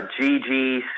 GG